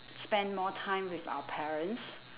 spend more time with our parents